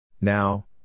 Now